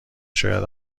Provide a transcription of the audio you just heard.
شاید